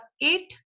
eight